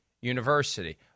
University